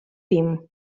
team